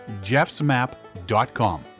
jeffsmap.com